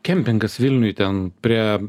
kempingas vilniuj ten prie